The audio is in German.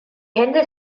hände